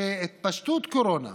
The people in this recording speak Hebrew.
כשהתפשטות קורונה